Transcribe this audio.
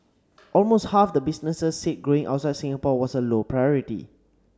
almost half the businesses said growing outside Singapore was a low priority